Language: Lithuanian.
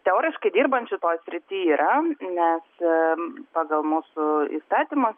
teoriškai dirbančių toj srity yra nes pagal mūsų įstatymus